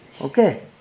Okay